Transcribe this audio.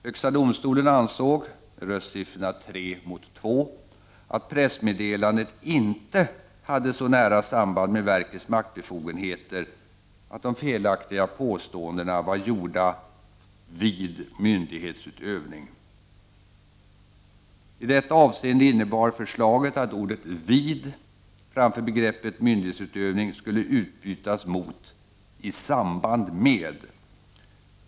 Högsta domstolen ansåg, med röstsiffrorna 3 mot 2, att pressmeddelandet inte hade så nära samband med verkets maktbefogenheter att de felaktiga påståendena var gjorda ”vid myndighetsutövning”. I detta avseende innebar förslaget att ordet ”vid” framför begreppet myndighetsutövning skulle utbytas mot ”i samband med”.